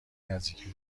نزدیکی